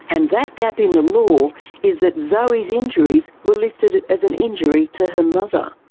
and that gap in the law is that zoe's injuries were listed as an injury to her mother.